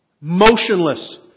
Motionless